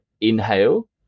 inhale